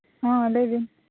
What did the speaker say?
ᱦᱚᱸ ᱞᱟᱹᱭ ᱵᱤᱱ